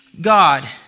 God